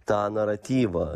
tą naratyvą